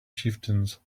chieftains